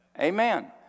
Amen